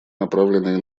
направленные